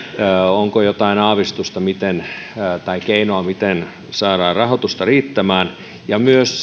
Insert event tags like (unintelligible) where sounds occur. onko jotain aavistusta tai keinoa miten saadaan rahoitusta riittämään ja keinoja myös (unintelligible)